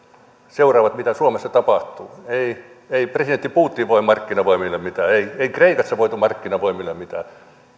seuraavat mitä suomessa tapahtuu ei presidentti putin voi markkinavoimille mitään ei kreikassa voitu markkinavoimille mitään